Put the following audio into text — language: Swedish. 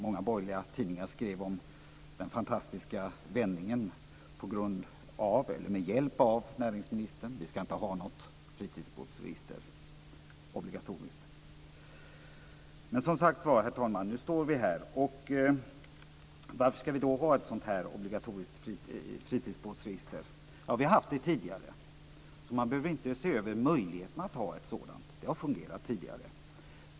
Många borgerliga tidningar skrev om den fantastiska vändningen med hjälp av näringsministern och att vi inte skall ha något obligatoriskt fritidsbåtsregister. Men nu står vi som sagt var här, herr talman. Varför skall vi då ha ett obligatoriskt fritidsbåtsregister? Vi har haft det tidigare, så man behöver inte se över möjligheterna att ha ett sådant. Det har fungerat tidigare.